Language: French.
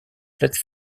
plates